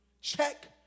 check